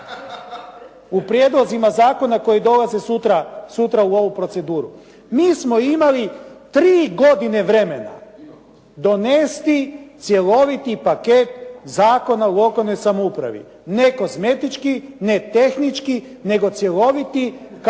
u prijedlozima zakona koji dolaze sutra u ovu proceduru. Mi smo imali tri godine vremena donesti cjeloviti paket Zakona o lokalnoj samoupravi, ne kozmetički, ne tehnički nego cjeloviti jer